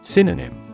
Synonym